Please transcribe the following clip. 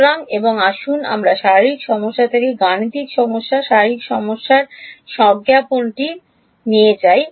সুতরাং এবং আসুন আমরা আসল সমস্যা থেকে গাণিতিক সমস্যার আসল সমস্যার স্বজ্ঞাপনটি নিয়ে যাই